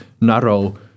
narrow